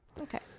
Okay